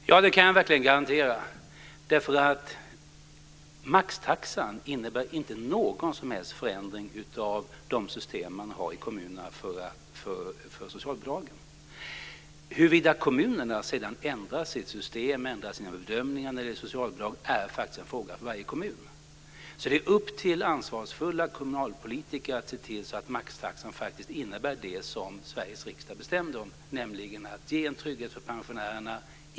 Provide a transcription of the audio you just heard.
Fru talman! Ja, det kan jag verkligen garantera, eftersom maxtaxan inte innebär någon som helst förändring av de system som kommunerna har för socialbidragen. Huruvida kommunerna sedan ändrar sina system och sina bedömningar av socialbidrag är en fråga för varje kommun. Det är alltså upp till ansvarsfulla kommunalpolitiker att se till att maxtaxan innebär det som Sveriges riksdag beslutat om, nämligen att ge en trygghet för pensionärerna.